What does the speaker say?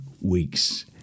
weeks